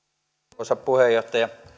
arvoisa puheenjohtaja